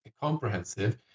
comprehensive